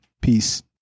peace